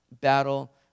battle